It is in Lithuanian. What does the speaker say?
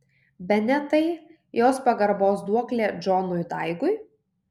bene tai jos pagarbos duoklė džonui daigui